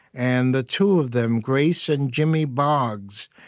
and the two of them, grace and jimmy boggs,